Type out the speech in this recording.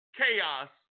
chaos